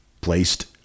placed